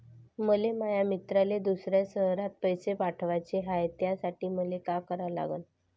मले माया मित्राले दुसऱ्या शयरात पैसे पाठवाचे हाय, त्यासाठी मले का करा लागन?